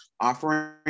offering